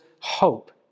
hope